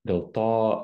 dėl to